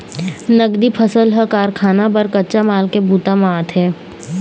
नगदी फसल ह कारखाना बर कच्चा माल के बूता म आथे